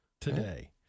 today